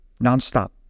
nonstop